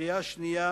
בקריאה שנייה